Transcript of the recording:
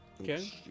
Okay